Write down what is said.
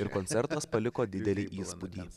ir koncertas paliko didelį įspūdį